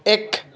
এক